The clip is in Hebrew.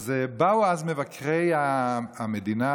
אז באו מבקרי המדינה,